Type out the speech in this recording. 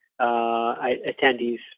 attendees